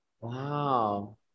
Wow